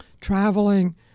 traveling